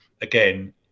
Again